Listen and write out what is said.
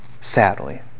Sadly